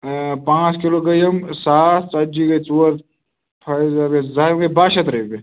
پانٛژھ کِلوٗ گٔے یِم ساس ژَتجی گٔے ژور فٲیِف ضَربہٕ ضر یِم گٔے باہہ شیٚتھ رۄپیہِ